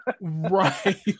right